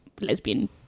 lesbian